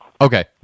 Okay